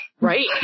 Right